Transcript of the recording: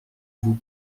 vous